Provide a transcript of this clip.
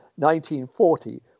1940